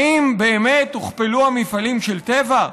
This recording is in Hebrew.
האם באמת הוכפלו המפעלים של טבע?